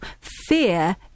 Fear